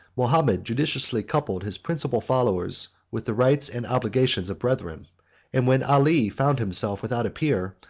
mahomet judiciously coupled his principal followers with the rights and obligations of brethren and when ali found himself without a peer,